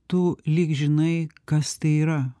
tu lyg žinai kas tai yra